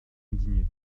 indigné